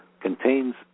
Contains